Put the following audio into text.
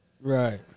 Right